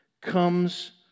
comes